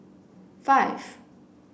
five